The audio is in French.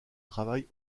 travail